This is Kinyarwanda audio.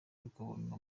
tukabona